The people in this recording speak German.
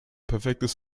perfektes